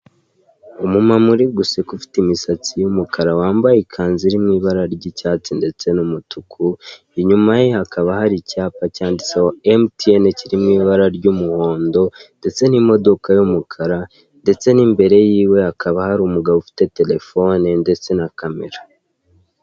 Umumama uri guseka ufite imisatsi y'umukara, wambaye ikanzu iri mu ibara ry'icyatsi ndetse n'umutuku, inyuma ye hakaba hari icyapa cyanditse ho Emutiyene, kiri mu ibara ry'umuhondo, ndetse n'imodoko y'umukara, ndetse n'imbere yiwe hakaba hari umugabo ufite telefone ndetse na kamera.